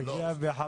אוסאמה הגיע ב-2015.